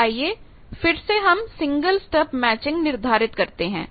तो आइए फिर से हम सिंगल स्टब मैचिंग निर्धारित करते हैं